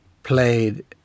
Played